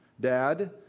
Dad